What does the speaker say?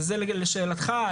ולשאלתך,